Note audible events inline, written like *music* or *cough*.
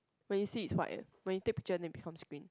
when you see it's white *noise* when you take pictures then becomes green